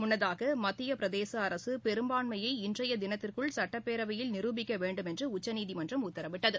முன்னதாகமத்தியபிரதேசஅரசுபெரும்பான்மையை இன்றையதினத்திற்குள் சட்டப்பேரவையில் நிரூபிக்கவேண்டுமென்றுஉச்சநீதிமன்றம் உத்தரவிட்டது